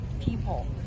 people